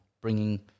Bringing